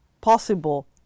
possible